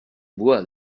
bois